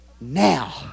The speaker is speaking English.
now